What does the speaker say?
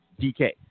dk